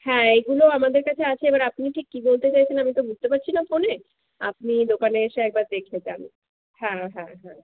হ্যাঁ এগুলো আমাদের কাছে আছে এবার আপনি ঠিক কি বলতে চাইছেন আমি তো বুঝতে পারছি না ফোনে আপনি দোকানে এসে একবার দেখে যান হ্যাঁ হ্যাঁ হ্যাঁ